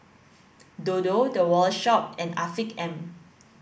Dodo The Wallet Shop and Afiq M